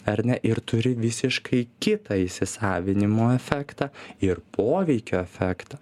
ar ne ir turi visiškai kitą įsisavinimo efektą ir poveikio efektą